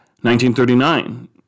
1939